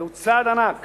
זהו צעד ענק